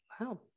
Wow